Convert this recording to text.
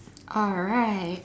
alright